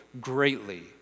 greatly